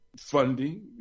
funding